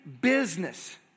business